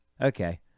Okay